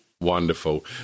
wonderful